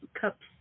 cups